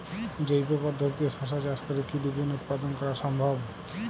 জৈব পদ্ধতিতে শশা চাষ করে কি দ্বিগুণ উৎপাদন করা সম্ভব?